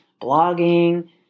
blogging